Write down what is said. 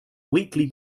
weekly